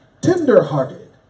tenderhearted